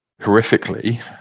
horrifically